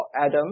Adam